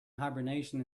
hibernation